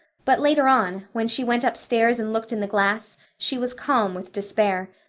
but later on, when she went upstairs and looked in the glass, she was calm with despair.